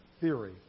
Theory